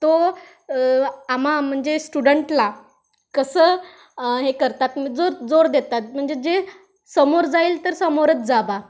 तो आम्हा म्हणजे स्टुडंटला कसं हे करतात जोर जोर देतात म्हणजे जे समोर जाईल तर समोरच जा बा